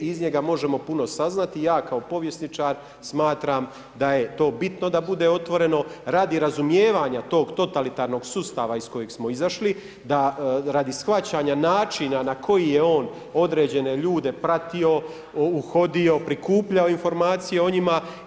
Iz njega možemo puno saznati i ja kao povjesničar smatram da je to bitno da bude otvoreno radi razumijevanja tog totalitarnog sustava iz kojeg smo izašli, da radi shvaćanja načina na koji je on određene ljude pratio, uhodio, prikupljao informacije o njima.